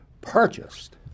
purchased